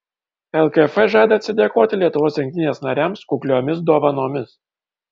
lkf žada atsidėkoti lietuvos rinktinės nariams kukliomis dovanomis